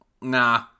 nah